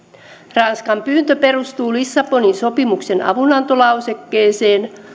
ranskan pyyntö perustuu lissabonin sopimuksen avunantolausekkeeseen